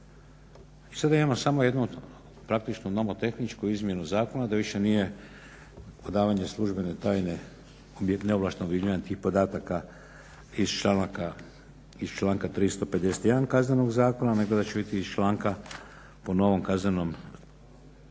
I sad imamo samo jednu, praktički nomotehnički izmjenu zakona, da više nije odavanje službene tajne, neovlaštenog viđanja tih podataka iz članka 351. Kaznenog zakona, nego da će biti iz članka po novom Kaznenom zakonu,